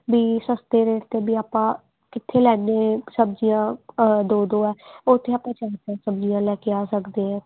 ਵੀ ਸਸਤੇ ਰੇਟ 'ਤੇ ਵੀ ਆਪਾਂ ਕਿੱਥੇ ਲੈਂਦੇ ਸਬਜ਼ੀਆਂ ਦੋ ਦੋ ਆ ਉੱਥੇ ਆਪਾਂ ਚਾਰ ਚਾਰ ਸਬਜ਼ੀਆਂ ਲੈ ਕੇ ਆ ਸਕਦੇ ਹਾਂ